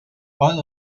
all